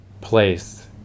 place